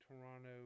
Toronto